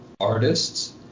artists